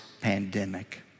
pandemic